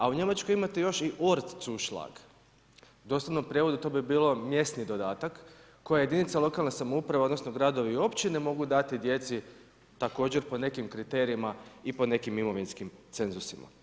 A u Njemačkoj imate još i Ortszuschlag u doslovnom prijevodu to bi bilo mjesni dodatak koji jedinica lokalne samouprave odnosno gradovi i općine mogu dati djeci također po nekim kriterijima i po nekim imovinskim cenzusima.